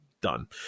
done